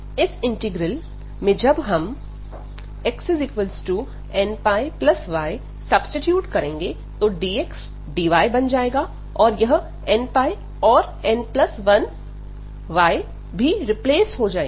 इस इंटीग्रल में जब हम xnπy सब्सीट्यूट करेंगे तो dx dy बन जाएगा और यह nπ और n1y भी रिप्लेस हो जाएंगे